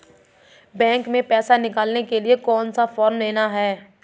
Bank में पैसा निकालने के लिए कौन सा फॉर्म लेना है?